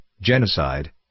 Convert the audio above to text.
genocide